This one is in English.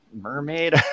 mermaid